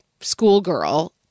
schoolgirl